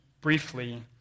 briefly